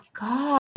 God